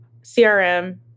CRM